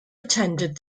attended